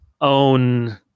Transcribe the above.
own